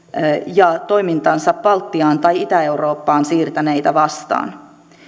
ja toimintaansa baltiaan tai itä eurooppaan siirtäneitä vastaan